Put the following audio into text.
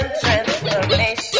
transformation